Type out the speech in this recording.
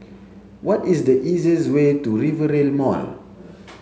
what is the easiest way to Rivervale Mall